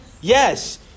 Yes